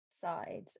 side